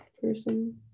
person